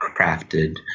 crafted